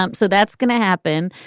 um so that's going to happen.